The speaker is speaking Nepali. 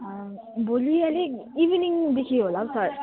भोलि अलिक इभिनिङदेखि होला हौ सर